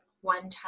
one-time